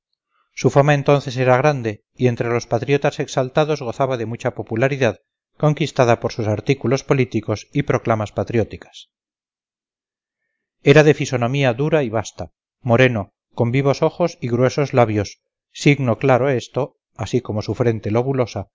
su fama entonces era grande y entre los patriotas exaltados gozaba de mucha popularidad conquistada por sus artículos políticos y proclamas patrióticas era de fisonomía dura y basta moreno con vivos ojos y gruesos labios signo claro esto así como su frente lobulosa